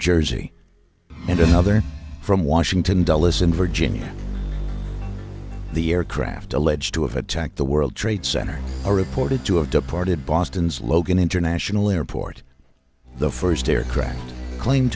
jersey and another from washington dulles in virginia the aircraft alleged to have attacked the world trade center are reported to have departed boston's logan international airport the first aircraft claim